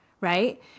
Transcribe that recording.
right